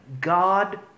God